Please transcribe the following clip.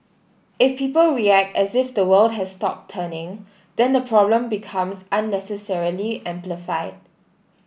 if people react as if the world has stopped turning then the problem becomes unnecessarily amplified